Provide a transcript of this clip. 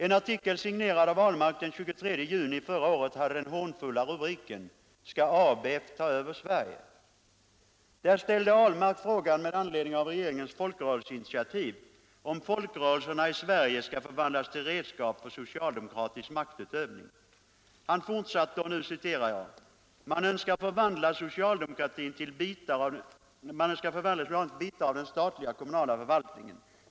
En artikel signerad av herr Ahlmark den 23 juni förra året hade den hånfulla rubriken ”Skall ABF ta över Sverige?” Där ställde herr Ahlmark med anledning av regeringens folkrörelseinitiativ frågan, om folkrörelserna i Sverige skulle förvandlas till redskap för socialdemokratisk maktutövning. Han fortsatte: ”Man ön skar förvandla socialdemokratin till bitar av den statliga och kommunala förvaltningen.